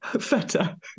Feta